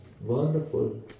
wonderful